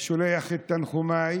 ואני שולח את תנחומיי.